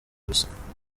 busa